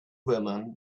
women